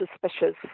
suspicious